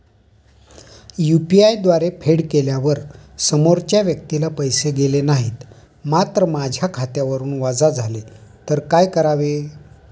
UPI द्वारे फेड केल्यावर समोरच्या व्यक्तीला पैसे गेले नाहीत मात्र माझ्या खात्यावरून वजा झाले तर काय करावे?